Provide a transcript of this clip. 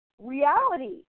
reality